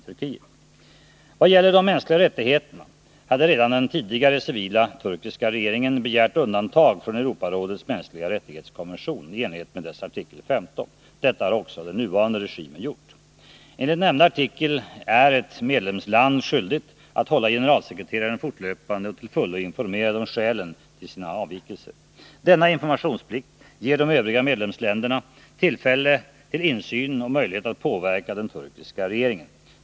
När det gäller de mänskliga rättigheterna hade redan den tidigare, civila turkiska regeringen begärt undantag från Europarådets konvention om de mänskliga rättigheterna, i enlighet med dess artikel 15. Detta har också den nuvarande regimen gjort. Enligt nämnda artikel är ett medlemsland skyldigt att hålla generalsekreteraren fortlöpande och till fullo informerad om skälen till sina avvikelser. Denna informationsplikt ger de övriga medlemsländerna tillfälle till insyn och möjlighet att påverka den turkiska regeringen.